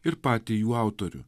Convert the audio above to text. ir patį jų autorių